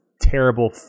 terrible